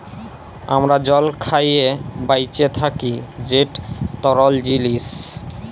আমরা জল খাঁইয়ে বাঁইচে থ্যাকি যেট তরল জিলিস